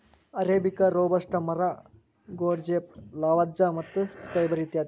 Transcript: arabica, robusta, ಮರಗೋಡಜೇಪ್, Lavazza ಮತ್ತು Skybury ಇತ್ಯಾದಿ